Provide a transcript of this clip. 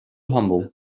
humble